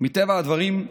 מטבע הדברים,